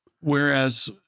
whereas